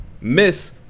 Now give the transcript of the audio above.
Miss